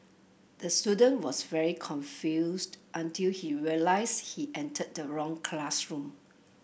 the student was very confused until he realised he entered the wrong classroom